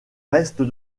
reste